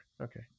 Okay